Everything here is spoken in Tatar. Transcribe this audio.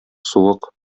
суык